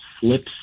slips